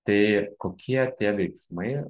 tai kokie tie veiksmai